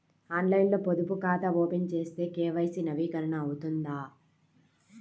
ఆన్లైన్లో పొదుపు ఖాతా ఓపెన్ చేస్తే కే.వై.సి నవీకరణ అవుతుందా?